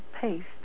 paste